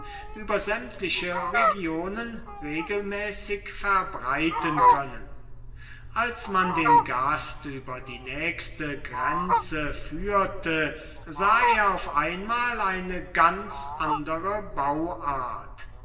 über sämtliche regionen regelmäßig verbreiten können als man den gast über die nächste grenze führte sah er auf einmal eine ganz andere bauart